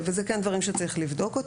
אלה דברים שצריך לבדוק.